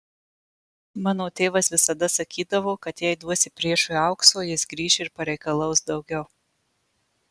mano tėvas visada sakydavo kad jei duosi priešui aukso jis grįš ir pareikalaus daugiau